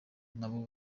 nabo